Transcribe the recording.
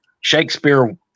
Shakespeare